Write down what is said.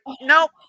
nope